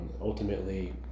ultimately